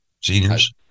seniors